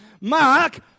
Mark